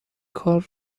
کار